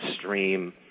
stream